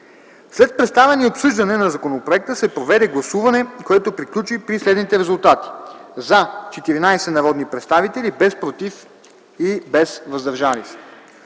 След представяне и обсъждане на законопроекта се проведе гласуване, което приключи при следните резултати: „за” – 14 народни представители, без „против” и „въздържали се”.